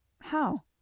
How